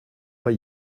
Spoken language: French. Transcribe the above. pas